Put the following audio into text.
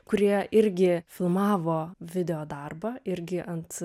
kurie irgi filmavo video darbą irgi ant